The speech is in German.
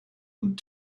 und